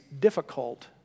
difficult